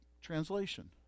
translation